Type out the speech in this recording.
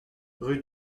rue